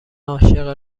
عاشق